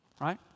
Right